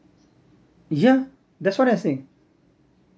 yeah that's what I'm saying